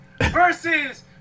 versus